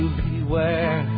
beware